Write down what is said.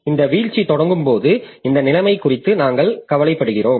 எனவே இந்த வீழ்ச்சி தொடங்கும் போது இந்த நிலைமை குறித்து நாங்கள் கவலைப்படுகிறோம்